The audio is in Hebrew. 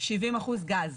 70% גז,